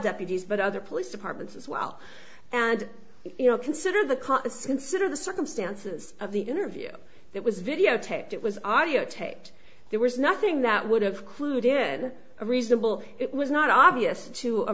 deputies but other police departments as well and you know consider the conscious consider the circumstances of the interview that was videotaped it was audio taped there was nothing that would have clued in a reasonable it was not obvious to a